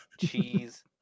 cheese